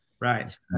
Right